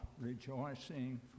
rejoicing